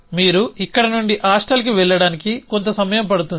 మీరు ఇక్కడి నుండి హాస్టల్కి వెళ్లడానికి కొంత సమయం పడుతుంది